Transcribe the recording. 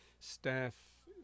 staff